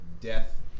Death